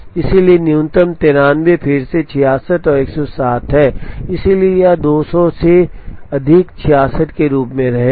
इसलिए न्यूनतम 93 फिर से 66 और 107 है इसलिए यह 200 से अधिक 66 के रूप में रहेगा